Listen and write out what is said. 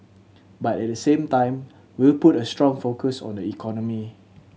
but at the same time we'll put a strong focus on the economy